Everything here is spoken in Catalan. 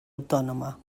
autònoma